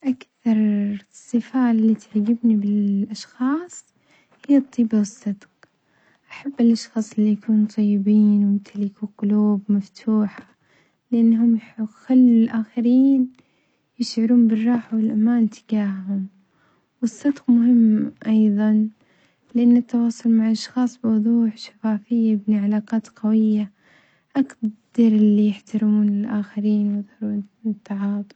أكثر صفة اللي تعجبني بالأشخاص هي الطيبة والصدق، أحب الأشخاص اللي يكونوا طيبين ويمتلكوا قلوب مفتوحة لأنهم ه-حيخلوا الآخرين يشعرون بالراحة والأمان تجاهم، والصدق مهم أيظًا لأن التواصل مع أشخاص بوضوح وشفافية يبني علاقات قوية أقدر اللي يحترمون الآخرين.